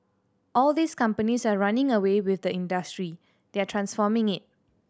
all these companies are running away with the industry they are transforming it